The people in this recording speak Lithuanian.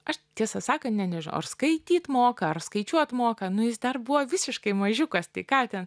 aš tiesą sakant net nežinau ar skaityt moka ar skaičiuot moka nu jis dar buvo visiškai mažiukas tai ką ten